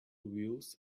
wheels